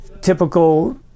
typical